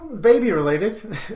baby-related